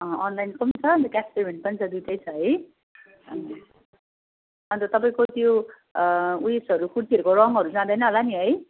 अनलाइनको पनि छ अन्त क्यास पेमेन्ट पनि छ दुइटै छ है अन्त तपाईँको त्यो उयोसहरू कुर्तीहरूको रङहरू जाँदैन होला नि है